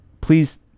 please